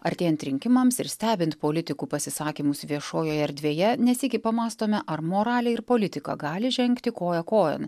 artėjant rinkimams ir stebint politikų pasisakymus viešojoje erdvėje ne sykį pamąstome ar moralė ir politika gali žengti koja kojon